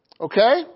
okay